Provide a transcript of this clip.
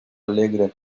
alegre